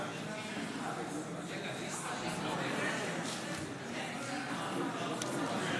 כהצעת הוועדה, נתקבל.